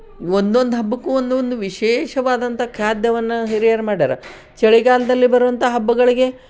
ಒಂದೊಂದು ಹಬ್ಬಕ್ಕೂ ಒಂದೊಂದು ವಿಶೇಷವಾದಂಥ ಖಾದ್ಯವನ್ನ ಹಿರಿಯರು ಮಾಡಿದಾರೆ ಚಳಿಗಾಲದಲ್ಲಿ ಬರುವಂಥ ಹಬ್ಬಗಳಿಗೆ